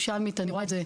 כירושלמית אני רואה את זה,